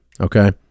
okay